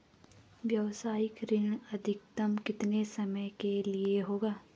व्यावसायिक ऋण अधिकतम कितने समय के लिए होगा?